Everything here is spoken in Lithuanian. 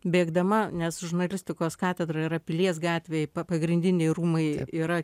bėgdama nes žurnalistikos katedra yra pilies gatvėj pagrindiniai rūmai yra